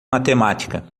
matemática